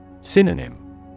Synonym